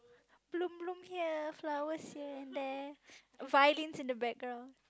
bloom bloom here flowers here and there violins in the background